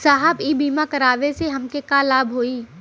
साहब इ बीमा करावे से हमके का लाभ होई?